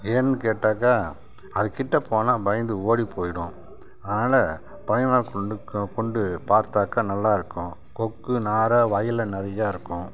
ஏன் கேட்டாக்கா அது கிட்டே போனால் பயந்து ஓடிப் போய்டும் அதனால் பைனாகுல்லுக்க கொண்டு பார்த்தாக்கா நல்லாயிருக்கும் கொக்கு நாரை வயலில் நிறையா இருக்கும்